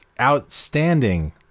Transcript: outstanding